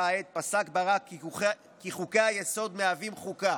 עת פסק ברק כי חוקי-היסוד מהווים חוקה,